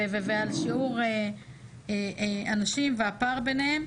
על שיעור הנשים והפער ביניהן.